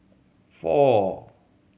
four